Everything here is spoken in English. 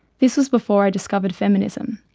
this was before i discovered feminism,